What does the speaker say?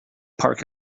park